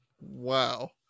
wow